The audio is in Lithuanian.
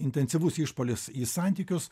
intensyvus išpuolis į santykius